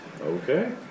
Okay